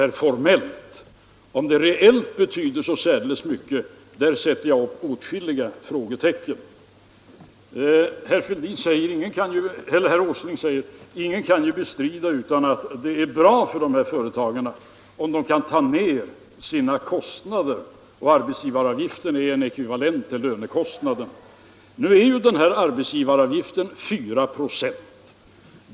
När det gäller huruvida det reellt betyder så särdeles mycket sätter jag upp åtskilliga frågetecken. Herr Åsling säger att ingen kan bestrida att det är bra för dessa företag om de kan få ned sina kostnader — och arbetsgivaravgiften är en ekvivalent till lönekostnaden. Nu är ju denna arbetsgivaravgift 4 96.